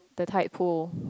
the tide pool